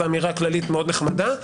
זו אמירה כללית מאוד נחמדה.